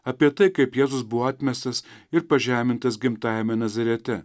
apie tai kaip jėzus buvo atmestas ir pažemintas gimtajame nazarete